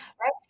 right